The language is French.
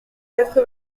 quatre